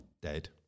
dead